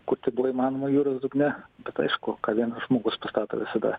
kur tik buvo įmanoma jūros dugne bet aišku ką vienas žmogus pastato visada